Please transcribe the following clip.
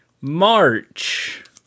March